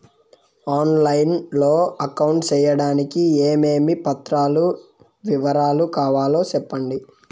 On line లో account సేయడానికి ఏమేమి పత్రాల వివరాలు కావాలో సెప్పండి?